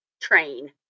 train